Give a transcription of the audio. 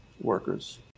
workers